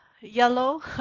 yellow